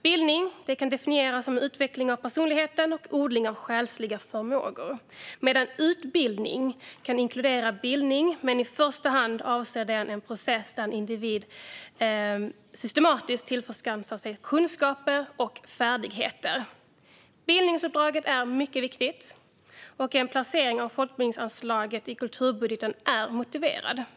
Bildning kan definieras som utveckling av personligheten och odling av själsliga förmågor, medan utbildning kan inkludera bildning men i första hand avser en process där en individ systematiskt tillförskansar sig kunskaper och färdigheter. Bildningsuppdraget är mycket viktigt, och en placering av folkbildningsanslaget i kulturbudgeten är motiverad.